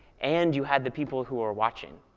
and you had the people who are watching,